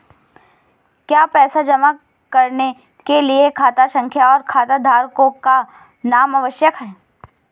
क्या पैसा जमा करने के लिए खाता संख्या और खाताधारकों का नाम आवश्यक है?